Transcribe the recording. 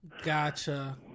Gotcha